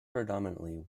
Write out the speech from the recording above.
predominantly